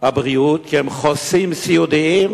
הבריאות כי הם חוסים סיעודיים,